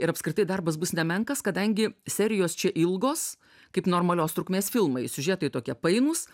ir apskritai darbas bus nemenkas kadangi serijos čia ilgos kaip normalios trukmės filmai siužetai tokie painūs